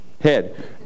head